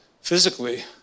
physically